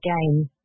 game